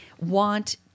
want